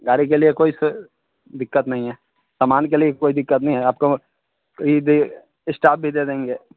गाड़ी के लिए कोई से दिक्कत नहीं है सामान के लिए भी कोई दिक्कत नहीं है आपको इ दे इस्टाप भी दे देंगे